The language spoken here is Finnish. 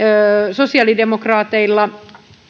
sosiaalidemokraateilla